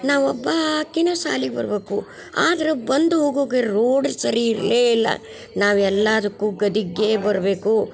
ನಾ ಒಬ್ಬಾಕಿನ ಶಾಲಿಗೆ ಬರಬೇಕು ಆದ್ರೆ ಬಂದು ಹೋಗೋಕೆ ರೋಡ್ ಸರಿ ಇರಲೇ ಇಲ್ಲ ನಾವೆಲ್ಲಾದಕ್ಕು ಗದಿಗ್ಗೇ ಬರಬೇಕು